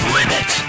Limit